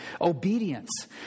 obedience